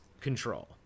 control